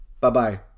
Bye-bye